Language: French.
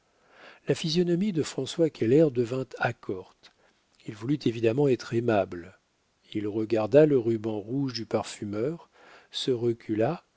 la physionomie de françois keller devint accorte il voulut évidemment être aimable il regarda le ruban rouge du parfumeur se recula